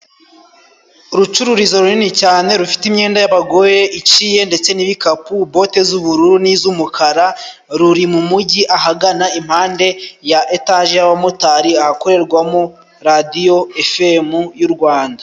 Urucururizo runini cane rufite imyenda y'abagore iciye ndetse n'ibikapu, bote z'ubururu n'iz'umukara ,ruri mu mujyi ahagana impande ya etaje y'abamotari, ahakorerwamo radiyo efemu y'u Rwanda.